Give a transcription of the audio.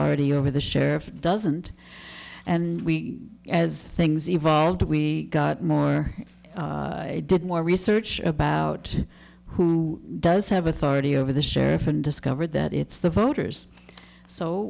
authority over the sheriff doesn't and we as things evolved we got more did more research about who does have authority over the sheriff and discover that it's the voters so